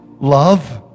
Love